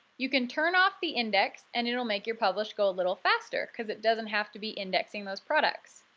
you can turn off the index and it'll make your publish go a little faster because it doesn't have to be indexing those products.